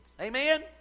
Amen